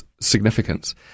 significance